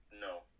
no